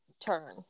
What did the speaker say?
turn